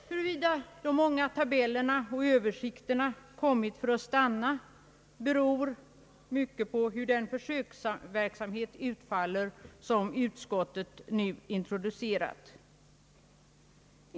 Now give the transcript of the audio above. Huruvida de många tabellerna och översikterna kommit för att stanna beror mycket på hur den försöksverksamhet utfaller, som utskottet nu introducerat.